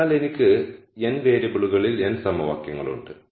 അതിനാൽ എനിക്ക് n വേരിയബിളുകളിൽ n സമവാക്യങ്ങളുണ്ട്